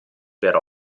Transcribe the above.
per